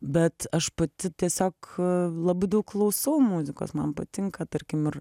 bet aš pati tiesiog labai daug klausau muzikos man patinka tarkim ir